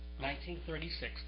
1936